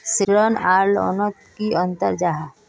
ऋण आर लोन नोत की अंतर जाहा?